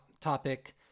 topic